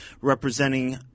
representing